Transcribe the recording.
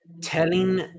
telling